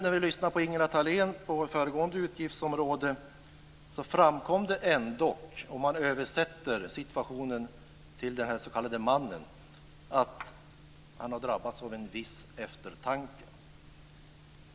När vi lyssnade på Ingela Thalén under föregående utgiftsområde framkom det, om man översätter det till exemplet med den här mannen, att han har drabbats av en viss eftertanke.